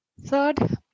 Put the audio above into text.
Third